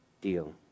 deal